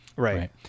Right